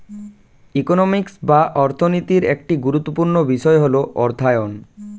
economics বা অর্থনীতির একটি গুরুত্বপূর্ণ বিষয় হল অর্থায়ন